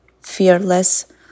fearless